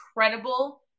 incredible